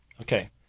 Okay